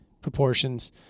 proportions